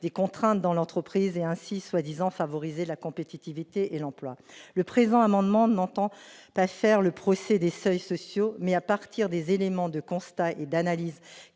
des contraintes dans l'entreprise et, ainsi, prétendument favoriser la compétitivité et l'emploi. Le présent amendement vise non pas à faire le procès des seuils sociaux, mais, à partir des éléments de constat et d'analyse